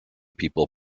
people